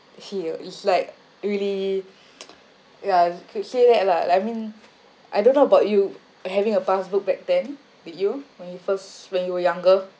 here is like really ya could say that lah like I mean I don't know about you having a passbook back then did you when you first when you were younger